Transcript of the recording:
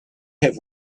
have